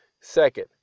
Second